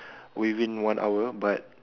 within one hour but